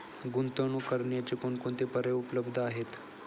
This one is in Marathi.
गुंतवणूक करण्याचे कोणकोणते पर्याय उपलब्ध आहेत?